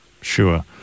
Sure